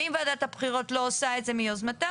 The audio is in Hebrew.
ואם ועדת הבחירות לא עושה את זה מיוזמתה,